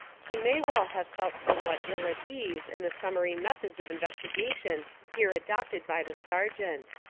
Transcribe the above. he may well have felt somewhat ill at ease in the sum mary methods of investigation here adopted by the sergeant.